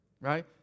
Right